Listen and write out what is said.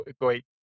great